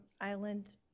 Island